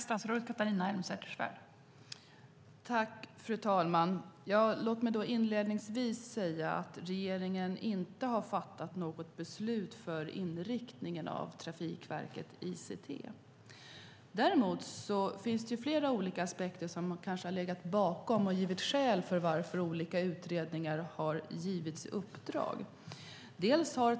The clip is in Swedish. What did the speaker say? Fru talman! Låt mig inledningsvis säga att regeringen inte har fattat något beslut om inriktningen av Trafikverket ICT. Däremot finns det flera olika aspekter som kanske har legat bakom och utgjort skäl till varför olika utredningar har getts uppdrag.